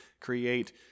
create